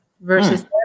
versus